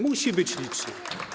Musi być liczne.